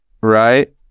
Right